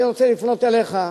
אני רוצה לפנות אליך,